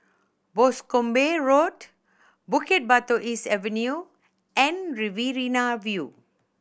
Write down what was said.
Boscombe Road Bukit Batok East Avenue and Riverina View